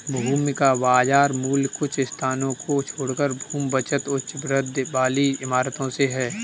भूमि का बाजार मूल्य कुछ स्थानों को छोड़कर भूमि बचत उच्च वृद्धि वाली इमारतों से है